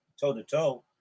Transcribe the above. toe-to-toe